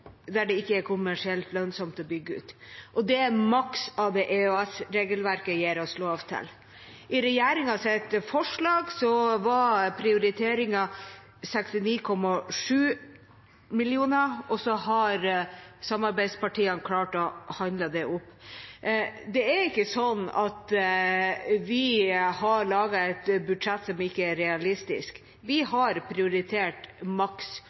kommersielt lønnsomt å bygge ut, og det er maks av det EØS-regelverket gir oss lov til. I regjeringens forslag var prioriteringen 69,7 mill. kr, og så har samarbeidspartiene klart å forhandle det opp. Det er ikke sånn at vi har laget et budsjett som ikke er realistisk, vi har prioritert maks.